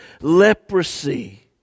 leprosy